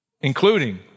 including